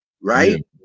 right